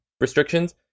restrictions